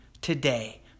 today